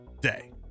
day